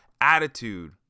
attitude